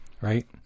Right